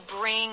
bring